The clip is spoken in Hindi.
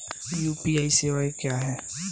यू.पी.आई सवायें क्या हैं?